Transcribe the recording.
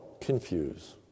confuse